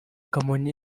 kamonyi